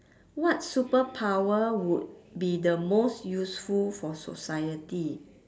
what superpower would be the most useful for society